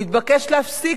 הוא התבקש להפסיק,